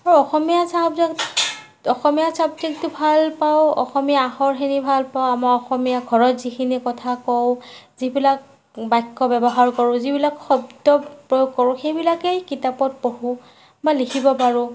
মোৰ অসমীয়া চাবজেক্ট অসমীয়া চাবজেক্টটো ভালপাওঁ অসমীয়া আখৰখিনি ভালপাওঁ আমাৰ অসমীয়া ঘৰত যিখিনি কথা কওঁ যিবিলাক বাক্য ব্যৱহাৰ কৰোঁ যিবিলাক শব্দ প্ৰয়োগ কৰোঁ সেইবিলাকেই কিতাপত পঢ়োঁ বা লিখিব পাৰোঁ